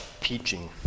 teaching